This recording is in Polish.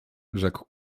rzekł